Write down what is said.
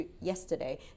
yesterday